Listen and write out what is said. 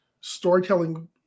storytelling